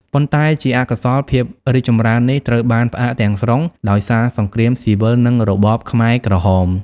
ប៉ុន្តែជាអកុសល ភាពរីកចម្រើននេះត្រូវបានផ្អាកទាំងស្រុងដោយសារសង្គ្រាមស៊ីវិល និងរបបខ្មែរក្រហម។